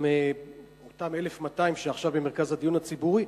אותם 1,200 שנמצאים במרכז הדיון הציבורי,